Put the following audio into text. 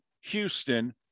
Houston